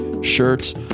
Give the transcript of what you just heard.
shirts